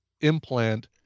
implant